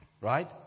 Right